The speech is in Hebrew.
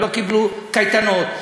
הן לא קיבלו קייטנות.